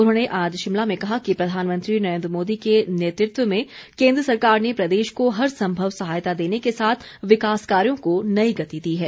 उन्होंने आज शिमला में कहा कि प्रधानमंत्री नरेन्द्र मोदी के नेतृत्व में केन्द्र सरकार ने प्रदेश को हर संभव सहायता देने के साथ विकास कार्यो को नई गति दी है